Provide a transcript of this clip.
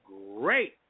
great